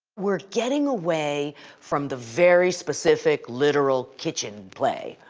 we're getting away from the very specific literal kitchen play